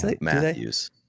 Matthews